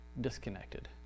Disconnected